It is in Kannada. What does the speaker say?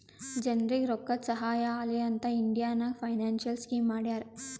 ಜನರಿಗ್ ರೋಕ್ಕಾದು ಸಹಾಯ ಆಲಿ ಅಂತ್ ಇಂಡಿಯಾ ನಾಗ್ ಫೈನಾನ್ಸಿಯಲ್ ಸ್ಕೀಮ್ ಮಾಡ್ಯಾರ